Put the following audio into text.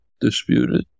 disputed